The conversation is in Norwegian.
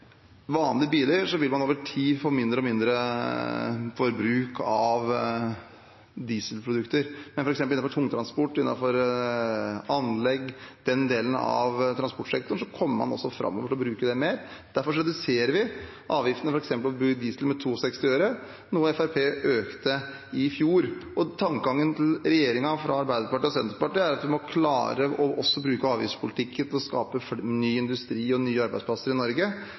biler, vil man over tid få mindre og mindre forbruk av dieselprodukter, mens f.eks. innenfor tungtransport, innenfor anlegg – den delen av transportsektoren – kommer man også framover til å bruke det mer. Derfor reduserer vi avgiftene f.eks. på biodiesel med 62 øre, noe Fremskrittspartiet økte i fjor. Tankegangen til regjeringen, som utgår fra Arbeiderpartiet og Senterpartiet, er at vi må klare å bruke også avgiftspolitikken til å skape ny industri og nye arbeidsplasser i Norge